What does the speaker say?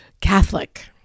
Catholic